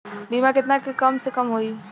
बीमा केतना के कम से कम होई?